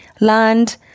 land